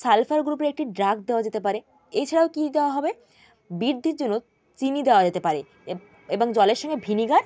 sulphur গ্রুপের একটি drug দেওয়া যেতে পারে এছাড়াও কী দেওয়া হবে বৃদ্ধির জন্য চিনি দেওয়া যেতে পারে এবং জলের সঙ্গে ভিনিগার